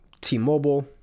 T-Mobile